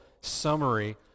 summary